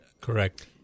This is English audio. Correct